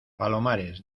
palomares